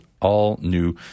all-new